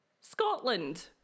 Scotland